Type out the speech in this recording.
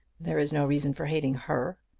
there is no reason for hating her.